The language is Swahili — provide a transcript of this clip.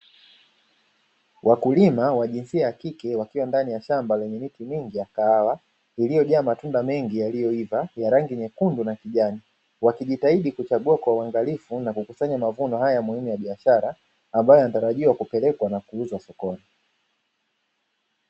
Wakulima wa jinsia ya kike wakiwa ndani ya shamba lenye miti mingi ya kahawa; iliyojaa matunda mengi yaliyoiva ya rangi nyekundu na kijani, wakijitahidi kuchagua kwa uangalifu na kukusanya mavuno haya muhimu ya biashara; ambayo yanatarajiwa kupelekwa na kuuzwa sokoni.